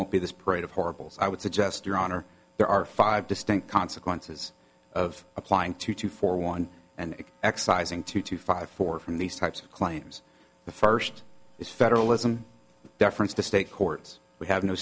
won't be this parade of horribles i would suggest your honor there are five distinct consequences of applying to two for one and excising two to five for from these types of claims the first is federalism deference to state courts we have no